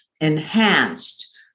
enhanced